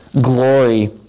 glory